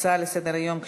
ההצעה לסדר-היום,